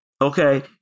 Okay